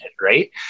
right